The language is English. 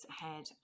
ahead